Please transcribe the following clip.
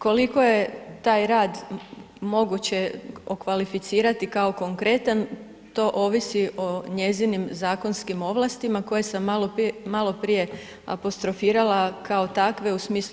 Koliko je taj rad, moguće okvalificirati kao konkretan to ovisi o njezinim zakonskim ovlastima, koje sam maloprije apostrofirala kao takve u smislu